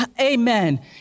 Amen